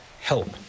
help